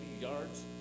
yards